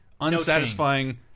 unsatisfying